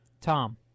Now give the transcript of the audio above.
Tom